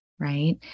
right